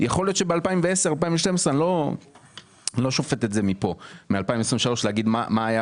אני לא שופט את זה מפה; מ-2023 להגיד מה היה